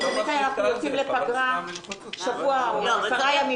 בדרך כלל יוצאים לפגרה שבוע או עשרה ימים